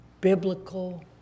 biblical